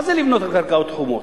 מה זה לבנות על קרקעות חומות?